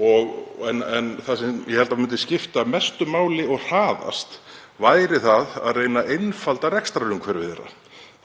en það sem ég held að myndi skipta mestu máli og hraðast væri að reyna að einfalda rekstrarumhverfi þeirra